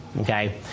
okay